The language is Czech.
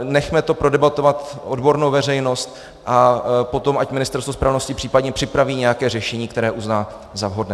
Nechme to prodebatovat odbornou veřejnost a potom ať Ministerstvo spravedlnosti případně připraví nějaké řešení, které uzná za vhodné.